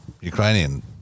Ukrainian